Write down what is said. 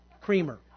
creamer